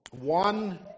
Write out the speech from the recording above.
one